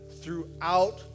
throughout